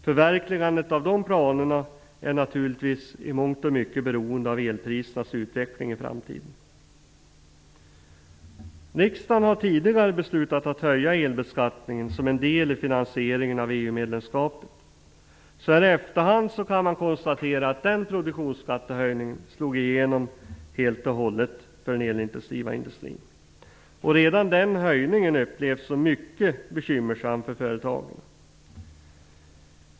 Förverkligandet av de planerna är naturligtvis i mångt och mycket beroende av elprisernas utveckling i framtiden. Riksdagen har tidigare beslutat att höja elbeskattningen som en del i finansieringen av EU medlemskapet. Så här i efterhand kan man konstatera att den produktionsskattehöjningen slog igenom helt och hållet för den elintensiva industrin. Redan den höjningen upplevs som mycket bekymmersam för företagen.